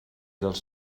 dels